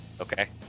Okay